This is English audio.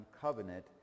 covenant